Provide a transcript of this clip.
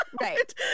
Right